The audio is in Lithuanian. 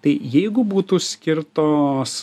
tai jeigu būtų skirtos